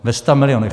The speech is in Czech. Ve stamilionech.